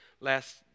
Last